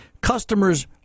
customers